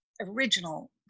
original